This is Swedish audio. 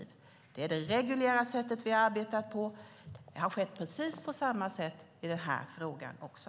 Vi har arbetat på det reguljära sättet. Det har skett på precis på samma sätt i den här frågan också.